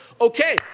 Okay